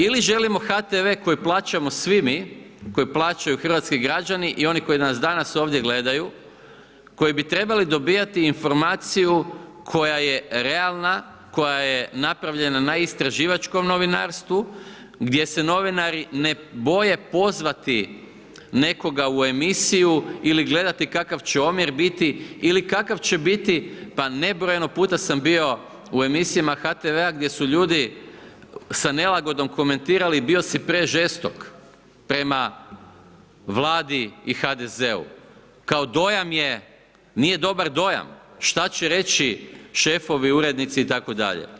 Ili želimo HTV koji plaćamo svi mi, koji plaćaju hrvatski građani i oni koji nas danas ovdje gledaju, koji bi trebali dobivati informaciju koja je realna, koja je napravljena na istraživačkom novinarstvu gdje se novinari ne boje pozvati nekoga u emisiju ili gledati kakav će omjer biti ili kakav će biti, pa nebrojeno puta sam bio u emisijama HTV-a gdje su ljudi sa nelagodom komentirali bio si prežestok prema Vladi i HDZ-u, kao dojam je, nije dobar dojam, šta će reći šefovi, urednici itd.